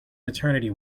maternity